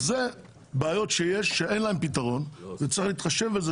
אלה בעיות קיימות שאין להן פתרון וצריך להתחשב בזה